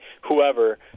whoever